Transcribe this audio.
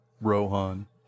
Rohan